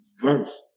verse